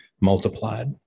multiplied